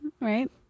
right